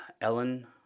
Ellen